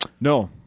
No